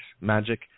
magic